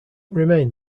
remained